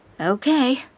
Okay